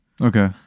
Okay